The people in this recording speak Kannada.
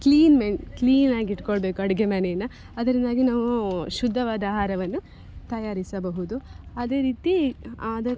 ಕ್ಲೀನ್ ಮೆ ಕ್ಲೀನಾಗಿಟ್ಕೊಳ್ಬೇಕು ಅಡುಗೆ ಮನೆನ ಅದರಿಂದಾಗಿ ನಾವು ಶುದ್ಧವಾದ ಆಹಾರವನ್ನು ತಯಾರಿಸಬಹುದು ಅದೇ ರೀತಿ ಅದು